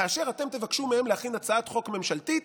כאשר אתם תבקשו מהם להכין הצעת חוק ממשלתית,